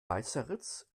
weißeritz